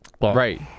Right